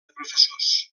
professors